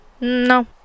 No